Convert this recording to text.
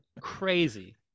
crazy